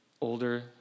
older